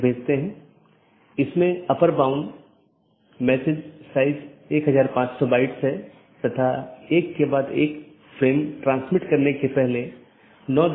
BGP चयन एक महत्वपूर्ण चीज है BGP एक पाथ वेक्टर प्रोटोकॉल है जैसा हमने चर्चा की